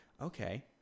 Okay